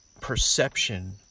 perception